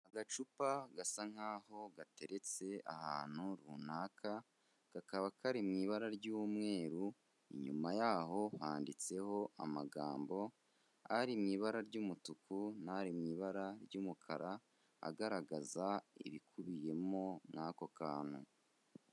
Agacupa gasa nkaho gateretse ahantu runaka, kakaba kari mu ibara ry'umweru, inyuma yaho handitseho amagambo ari mu ibara ry'umutuku n'ari mu ibara ry'umukara, agaragaza ibikubiyemo muri ako kantu.